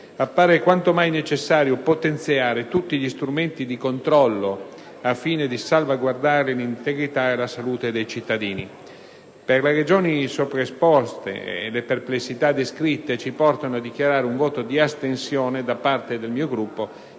appare quanto mai necessario potenziare tutti gli strumenti di controllo al fine di salvaguardare l'integrità e la salute dei cittadini. Le ragioni sopra esposte e le perplessità descritte ci portano a dichiarare un voto di astensione da parte del Gruppo